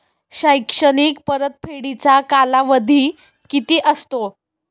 शैक्षणिक परतफेडीचा कालावधी किती असतो?